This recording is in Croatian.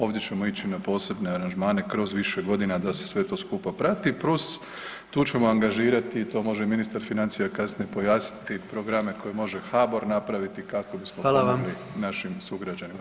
Ovdje ćemo ići na posebne aranžmane, kroz više godina da se sve to skupa prati, ... tu ćemo angažirati, to može i ministar financija kasnije pojasniti, programe koje može HBOR napraviti, kako bismo [[Upadica: Hvala vam.]] pomogli našim sugrađanima.